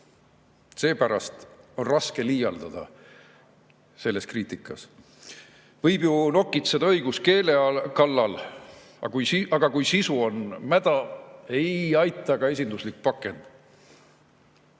Seepärast on raske selle kriitikaga liialdada. Võib ju nokitseda õiguskeele kallal, aga kui sisu on mäda, ei aita ka esinduslik pakend.